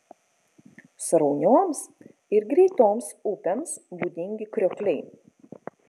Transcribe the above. sraunioms ir greitoms upėms būdingi kriokliai